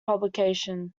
publication